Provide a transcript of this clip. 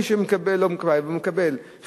מי שמקבל חיוב,